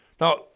Now